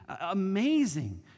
amazing